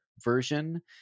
version